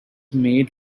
made